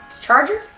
charger?